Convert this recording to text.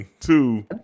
two